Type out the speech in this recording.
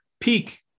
peak